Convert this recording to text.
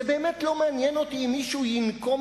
זה באמת לא מעניין אותי אם מישהו ינקום